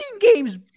games